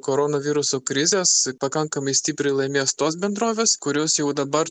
koronaviruso krizės pakankamai stipriai laimės tos bendrovės kurios jau dabar